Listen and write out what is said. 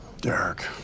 Derek